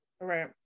Right